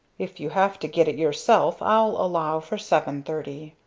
if you have to get it yourself i'll allow for seven-thirty,